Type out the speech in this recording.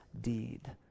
deed